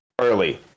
early